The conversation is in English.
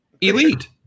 Elite